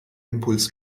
impuls